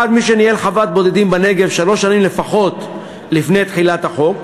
1. מי שניהל חוות בודדים בנגב שלוש שנים לפחות לפני תחילת החוק,